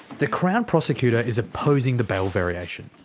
the crown prosecutor is opposing the bail variation.